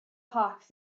hawks